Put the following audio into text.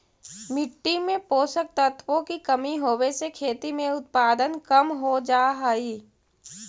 मिट्टी में पोषक तत्वों की कमी होवे से खेती में उत्पादन कम हो जा हई